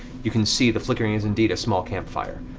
you can see the flickering is indeed a small campfire.